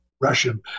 Russian